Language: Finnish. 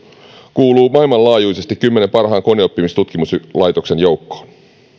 kuuluu maailmanlaajuisesti kymmenen parhaan koneoppimistutkimuslaitoksen joukkoon